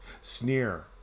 Sneer